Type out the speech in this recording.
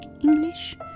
english